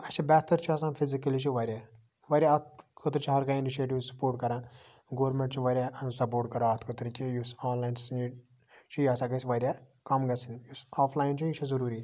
اَسہِ چھ بہتر چھ آسان فِزِکلی چھُ واریاہ واریاہ اتھ خٲطرٕ چھ ہر کانٛہہ اِنِشِیٲٹِو سپوٹ کَران گورمنٹ چھُ واریاہ اتھ سَپوٹ کَران اتھ خٲطرٕ کہِ یہِ یُس آن لاین یہِ چھِ یہِ ہَسا گَژھِ واریاہ کم گَژھٕنۍ یُس آف لاین چھُ یہِ چھُ ضوٚروٗری